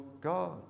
god